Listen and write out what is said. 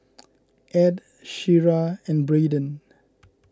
Edd Shira and Braiden